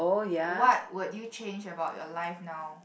what would you change about your life now